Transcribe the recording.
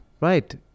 Right